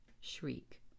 shriek